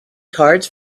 cards